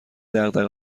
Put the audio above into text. دغدغه